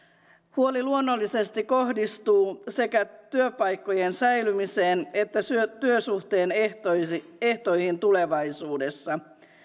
huoli luonnollisesti kohdistuu sekä työpaikkojen säilymiseen että työsuhteen ehtoihin ehtoihin tulevaisuudessa